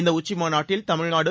இந்த உச்சி மாநாட்டில் தமிழ்நாடு